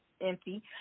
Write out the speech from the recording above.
empty